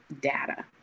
data